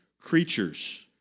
creatures